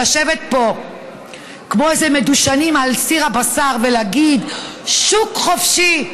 לשבת פה כמו איזה מדושנים על סיר הבשר ולהגיד "שוק חופשי"